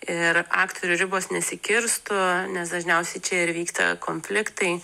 ir aktorių ribos nesikirstų nes dažniausiai čia ir vyksta konfliktai